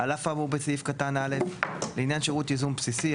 על אף האמור בסעיף קטן (א) לעניין שירות ייזום בסיסי,